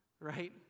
right